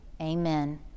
Amen